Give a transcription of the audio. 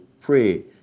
pray